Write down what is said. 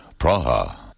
Praha